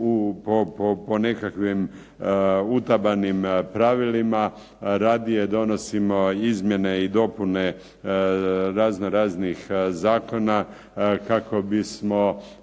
po nekakvim utabanim pravilima radije donosimo izmjene i dopune raznoraznih zakona, kako bismo